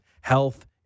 health